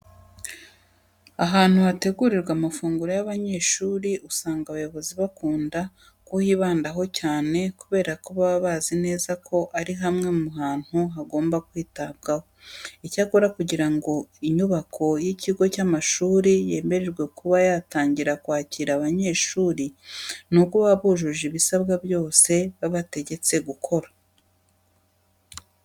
Ahantu hategurirwa amafunguro y'abanyeshuri usanga abayobozi bakunda kuhibandaho cyane kubera ko baba bazi neza ko ari hamwe mu hantu hagomba kwitabwaho. Icyakora kugira ngo inyubako y'ikigo cy'amashuri yemererwe kuba yatangira kwakira abanyeshuri, nuko baba bujuje ibisabwa byose babategetse gukora.